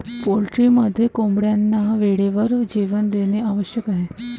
पोल्ट्रीमध्ये कोंबड्यांना वेळेवर जेवण देणे आवश्यक आहे